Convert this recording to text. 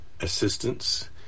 assistance